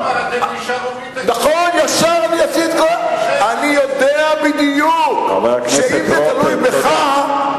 כלומר אתם, חוקית, אני יודע בדיוק שאם זה תלוי בך,